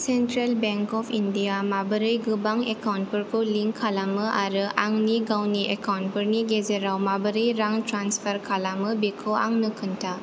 central bank of India माबोरै गोबां bank एकाउन्टफोरखौ लिंक खालामो आरो आंनि गावनि एकाउन्टफोरनि गेजेराव माबोरै रां ट्रेन्सफार खालामो बेखौ आंनो खोन्था